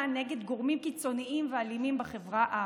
נגד גורמים קיצוניים ואלימים בחברה הערבית.